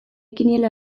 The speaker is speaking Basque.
kiniela